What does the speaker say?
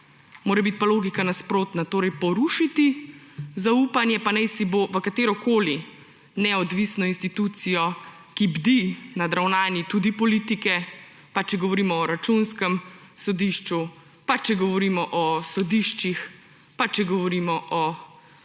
Mora biti pa logika nasprotna, torej porušiti zaupanje, pa naj si bo v katerokoli neodvisno institucijo, ki bdi nad ravnanji tudi politike, pa če govorimo o Računskem sodišču, če govorimo o sodiščih, če govorimo o